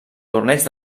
torneig